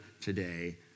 today